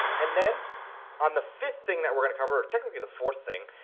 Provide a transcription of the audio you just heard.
and then on the fifth thing that we're gonna cover, technically the fourth thing,